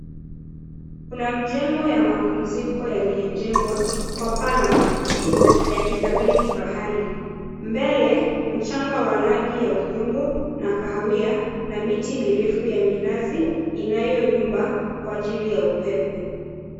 Kuna mjengo wa mapumziko yaliyojengwa kwa paa la makuti yakikabili bahari. Mbele mchanga wa rangi ya udongo na kahawia na miti mirefu ya minazi inayoyumba kwa ajili ya upepo.